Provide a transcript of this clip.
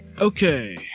Okay